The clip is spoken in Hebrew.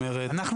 אנחנו